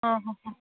ಹಾಂ ಹಾಂ ಹಾಂ